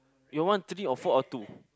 you all want three or four or two